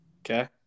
Okay